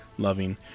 Loving